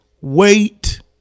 wait